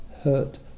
hurt